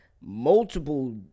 multiple